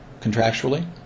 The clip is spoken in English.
contractually